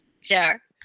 Sure